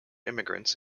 immigrants